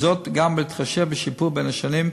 וזאת גם בהתחשב בשיפור עם השנים.